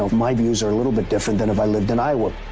um i views are a little bit different than if i lived in iowa.